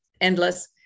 endless